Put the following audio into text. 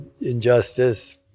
injustice